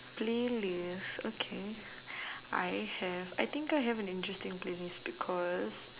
playlist okay I have I think I have an interesting playlist because